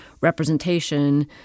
representation